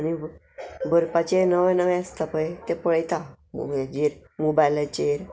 आनी भरपाचे नवे नवें आसता पय ते पळयता हेजेर मोबायलाचेर